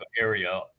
area